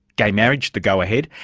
gay marriage the go-ahead,